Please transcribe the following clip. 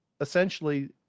Essentially